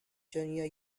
junior